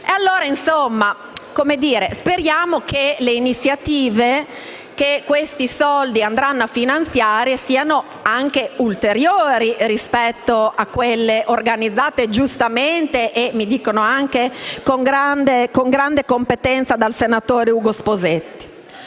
allora che le iniziative che questi soldi andranno a finanziare siano anche ulteriori, rispetto a quelle organizzate giustamente e - mi dicono - anche con grande competenza dal senatore Ugo Sposetti.